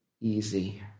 easy